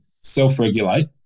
self-regulate